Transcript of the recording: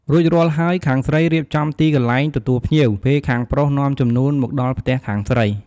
រួចរាល់ហើយ ខាងស្រីរៀបចំទីកន្លែងទទួលភ្ញៀវ ពេលខាងប្រុសនាំជំនូនមកដល់ផ្ទះខាងស្រី។